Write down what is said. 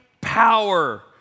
power